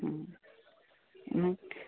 न